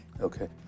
Okay